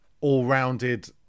all-rounded